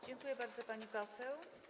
Dziękuję bardzo, pani poseł.